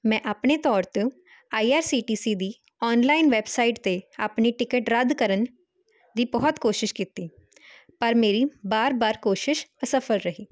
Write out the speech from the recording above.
ਮੈਂ ਆਪਣੇ ਤੌਰ ਤੋਂ I R C T C ਦੀ ਆਨਲਾਈਨ ਵੈਬਸਾਈਟ 'ਤੇ ਆਪਣੀ ਟਿਕਟ ਰੱਦ ਕਰਨ ਦੀ ਬਹੁਤ ਕੋਸ਼ਿਸ਼ ਕੀਤੀ ਪਰ ਮੇਰੀ ਵਾਰ ਵਾਰ ਕੋਸ਼ਿਸ਼ ਅਸਫਲ ਰਹੀ